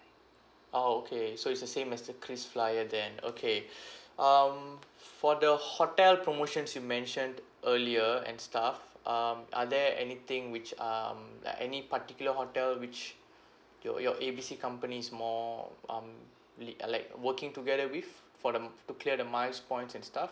oh okay so it's the same as a krisflyer then okay um for the hotel promotions you mentioned earlier and stuff um are there anything which um like any particular hotel which your your A B C company is more um li~ uh like working together with for the m~ to clear the miles points and stuff